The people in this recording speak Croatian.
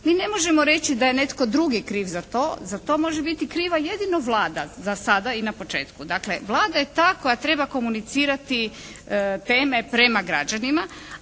Mi ne možemo reći da je netko drugi kriv za to. Za to može biti kriva jedino Vlada za sada i na početku. Dakle Vlada je ta koja treba komunicirati teme prema građanima,